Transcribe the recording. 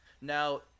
now